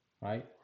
right